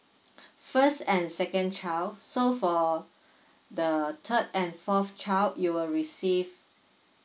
first and second child so for the third and fourth child you will receive